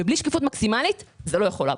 ובלי שקיפות מקסימלית זה לא יכול לעבוד.